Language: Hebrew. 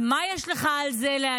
על זה מה יש לך להגיד?